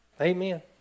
Amen